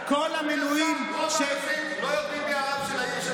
רוב האנשים לא יודעים מי הרב של העיר שלהם.